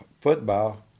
football